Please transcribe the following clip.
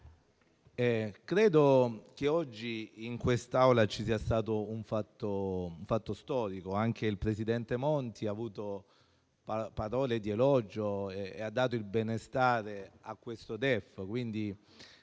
credo che oggi in quest'Aula sia avvenuto un fatto storico, perché anche il presidente Monti ha avuto parole di elogio e ha dato il benestare a questo DEF.